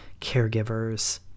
caregivers